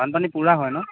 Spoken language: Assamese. বানপানী পূৰা হয় ন